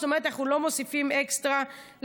זאת אומרת אנחנו לא מוסיפים אקסטרה לסטודנטים.